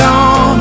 on